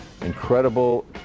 incredible